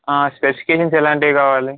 specifications ఎలాంటివి కావాలి